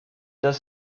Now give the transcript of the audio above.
does